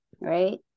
Right